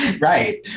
Right